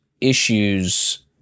issues